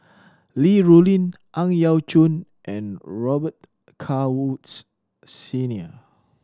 Li Rulin Ang Yau Choon and Robet Carr Woods Senior